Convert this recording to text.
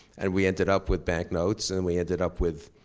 and we ended up with bank notes and we ended up with